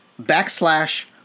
backslash